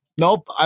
nope